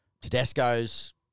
Tedesco's